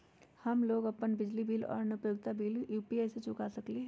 हम लोग अपन बिजली बिल और अन्य उपयोगिता बिल यू.पी.आई से चुका सकिली ह